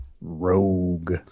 Rogue